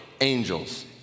angels